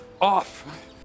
off